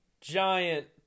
giant